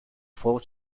four